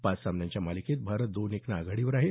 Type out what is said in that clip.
पाच सामन्यांच्या मालिकेत भारत दोन एकनं आघाडीवर आहे